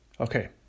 Okay